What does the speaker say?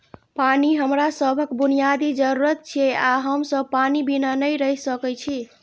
पानि हमरा सभक बुनियादी जरूरत छियै आ हम सब पानि बिना नहि रहि सकै छी